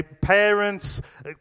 parents